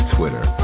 Twitter